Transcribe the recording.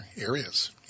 areas